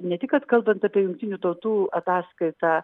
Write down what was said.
ne tik kad kalbant apie jungtinių tautų ataskaitą